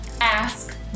Ask